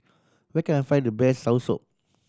where can I find the best soursop